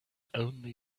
only